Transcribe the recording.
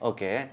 Okay